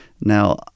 Now